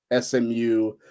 SMU